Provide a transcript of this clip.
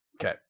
Okay